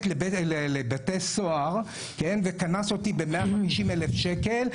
לבתי סוהר וקנס אותי ב-150,000 שקל,